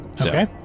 okay